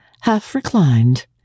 half-reclined